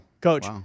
Coach